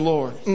Lord